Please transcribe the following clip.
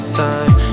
time